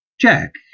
Jack